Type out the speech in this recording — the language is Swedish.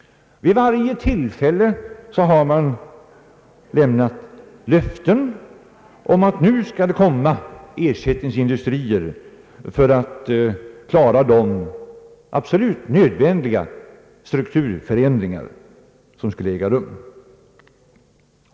Vid varje tillfälle har man lämnat löften om att nu skall det komma ersättningsindustrier för att klara de absolut nödvändiga strukturförändringarna.